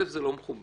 זה לא מכובד